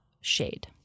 shade